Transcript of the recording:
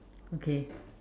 okay